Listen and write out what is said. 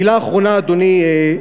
אדוני,